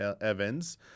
Evans